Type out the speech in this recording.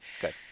Good